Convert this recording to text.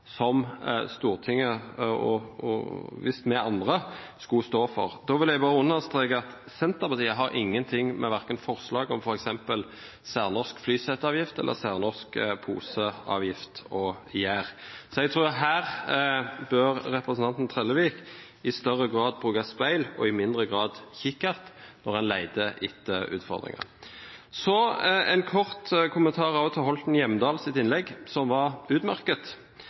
på Stortinget visstnok skulle stå for. Da vil jeg bare understreke at Senterpartiet har ingenting med verken forslaget om f.eks. særnorsk flyseteavgift eller særnorsk poseavgift å gjøre. Så jeg tror at her bør representanten Trellevik i større grad bruke speil og i mindre grad kikkert når han leter etter utfordringer. Jeg har også en kort kommentar til representanten Hjemdals innlegg. Det var utmerket,